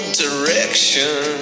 direction